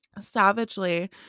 Savagely